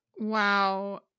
Wow